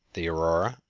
the aurora,